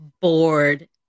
bored